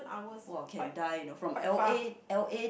!wah! can die you know from L_A L_A